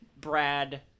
Brad